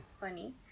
funny